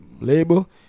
label